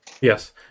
Yes